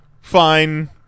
fine